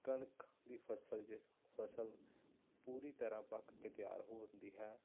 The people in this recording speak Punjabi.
ਕਣਕ ਦੀ ਫ਼ਸਲ ਜ ਫ਼ਸਲ ਪੂਰੀ ਤਰ੍ਹਾਂ ਪੱਕ ਕੇ ਤਿਆਰ ਹੋ ਹੁੰਦੀ ਹੈ